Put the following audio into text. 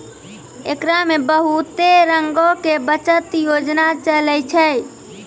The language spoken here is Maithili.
एकरा मे बहुते रंगो के बचत योजना चलै छै